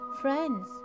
Friends